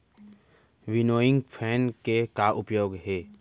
Winnowing fan के का उपयोग हे?